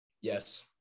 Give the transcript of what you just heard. Yes